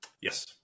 yes